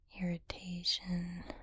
irritation